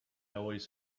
always